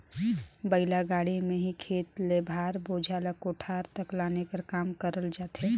बइला गाड़ी मे ही खेत ले भार, बोझा ल कोठार तक लाने कर काम करल जाथे